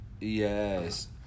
Yes